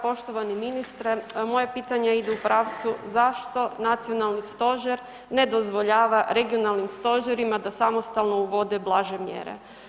Poštovani ministre, moje pitanje ide u pravcu zašto nacionalni stožer ne dozvoljava regionalnim stožerima da samostalno uvode blaže mjere?